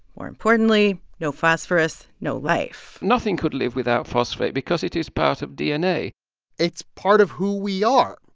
more importantly no phosphorus, no life nothing could live without phosphate because it is part of dna it's part of who we are.